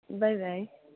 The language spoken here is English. bye bye